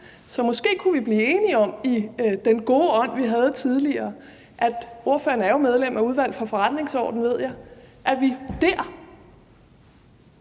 om. Måske kunne vi blive enige om i den gode ånd, vi havde tidligere – ordføreren er jo medlem af Udvalget for Forretningsordenen, ved jeg – at vi dér